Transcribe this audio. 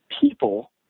people